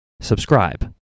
subscribe